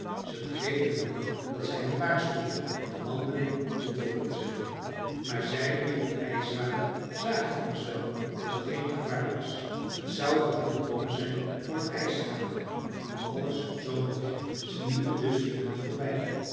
zij begrepen wel dat zij hen waarschuwde de wandeling niet voort te zetten maar zij die op het ijs waren zagen immers wel dat er geen gevaar was t zou al heel dom zijn van het ijs te gaan nu alles zoo mooi ging ze liepen dus vinön voorbij